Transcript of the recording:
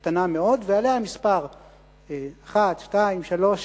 קטנה מאוד ועליה המספר 1, 2, 3,